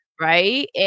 right